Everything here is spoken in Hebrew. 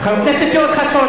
חבר הכנסת יואל חסון,